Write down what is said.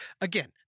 Again